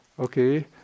Okay